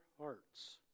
hearts